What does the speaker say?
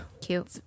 Cute